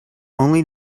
only